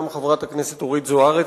גם חברת הכנסת אורית זוארץ,